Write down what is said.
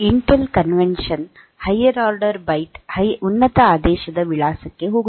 Intel convention higher order byte ಉನ್ನತ ಆದೇಶದ ವಿಳಾಸಕ್ಕೆ ಹೋಗುತ್ತದೆ